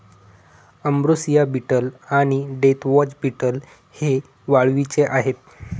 ambrosia beetle आणि deathwatch beetle हे वाळवीचे आहेत